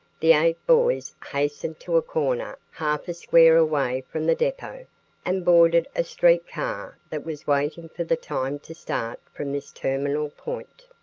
the eight boys hastened to a corner half a square away from the depot and boarded a street car that was waiting for the time to start from this terminal point.